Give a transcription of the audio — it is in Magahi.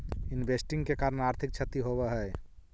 इन्वेस्टिंग के कारण आर्थिक क्षति होवऽ हई